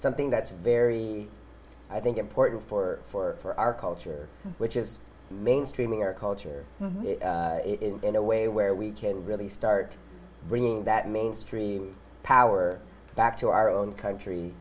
something that's very i think important for for for our culture which is mainstreaming our culture in a way where we can really start bringing that mainstream power back to our own country